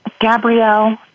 Gabrielle